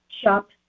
Shop